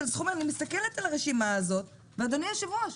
אני מסתכלת על הרשימה הזאת ואדוני היושב ראש,